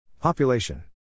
Population